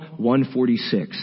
146